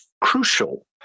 crucial